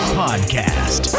podcast